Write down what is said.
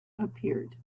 appeared